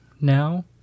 now